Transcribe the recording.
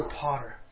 potter